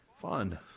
fun